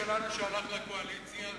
שהלך לקואליציה.